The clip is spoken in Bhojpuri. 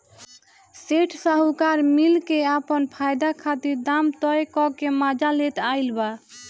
सेठ साहूकार मिल के आपन फायदा खातिर दाम तय क के मजा लेत आइल बा